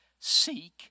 Seek